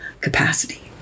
capacity